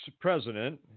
president